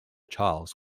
charles